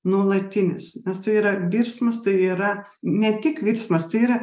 nuolatinis nes tai yra virsmas tai yra ne tik virsmas tai yra